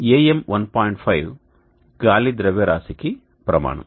5 గాలి ద్రవ్యరాశికి ప్రమాణం